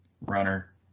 runner